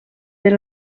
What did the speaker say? per